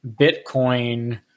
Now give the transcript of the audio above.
bitcoin